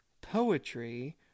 poetry